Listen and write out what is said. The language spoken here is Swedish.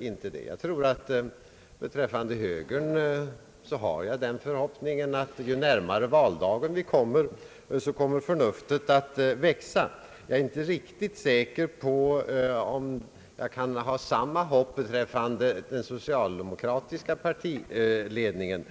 inte tror det. Beträffande högern har jag den förhoppningen, att när valdagen närmar sig kommer förnuftet att växa. Jag är inte riktigt säker på om jag kan ha samma hopp beträffande den socialdemokratiska partiledningen.